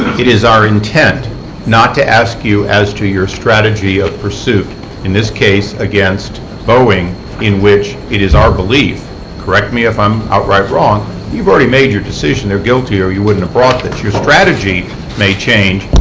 it is our intent not to ask you as to your strategy of pursuit in this case against boeing in which it is our belief correct me if i am outright wrong you have already made your decision they are guilty, or you wouldn't have brought this. your strategy may change,